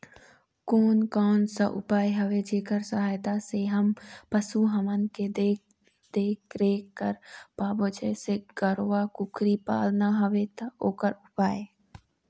कोन कौन सा उपाय हवे जेकर सहायता से हम पशु हमन के देख देख रेख कर पाबो जैसे गरवा कुकरी पालना हवे ता ओकर उपाय?